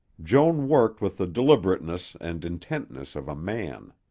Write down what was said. joan worked with the deliberateness and intentness of a man.